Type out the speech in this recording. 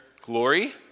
glory